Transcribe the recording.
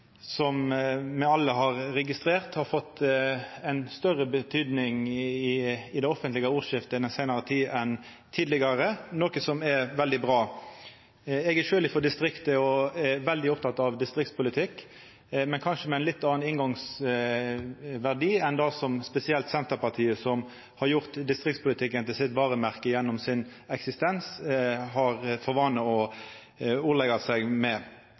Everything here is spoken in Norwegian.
slik me alle har registrert – har fått større betyding i det offentlege ordskiftet den seinare tida enn tidlegare, noko som er veldig bra. Eg er sjølv frå distriktet og er veldig oppteken av distriktspolitikk, men kanskje med ein litt annan inngangsverdi enn det spesielt Senterpartiet, som har gjort distriktspolitikken til eit varemerke gjennom eksistensen sin, har for vane å ordleggja seg med.